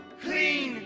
Clean